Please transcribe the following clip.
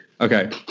Okay